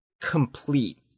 complete